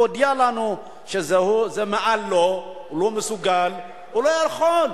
יודיע לנו שזה מעל לו, הוא לא מסוגל, הוא לא יכול.